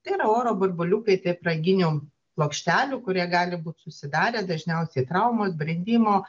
tai yra oro burbuliukai taip raginių plokštelių kurie gali būt susidarę dažniausiai traumos brendimo